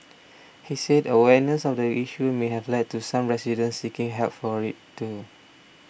he said awareness of the issue may have led to some residents seeking help for it too